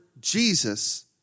Jesus